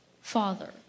Father